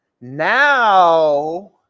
Now